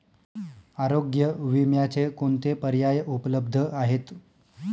आरोग्य विम्याचे कोणते पर्याय उपलब्ध आहेत?